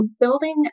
building